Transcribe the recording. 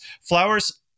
flowers